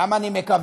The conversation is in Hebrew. למה אני מקווה?